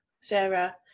Sarah